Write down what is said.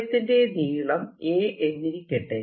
വലയത്തിന്റെ നീളം a എന്നിരിക്കട്ടെ